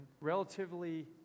relatively